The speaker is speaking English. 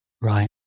Right